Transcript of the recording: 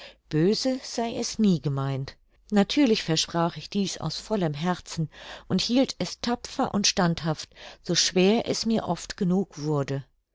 böse sei es nie gemeint natürlich versprach ich dies aus vollem herzen und hielt es tapfer und standhaft so schwer es mir oft genug wurde